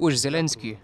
už zelenskį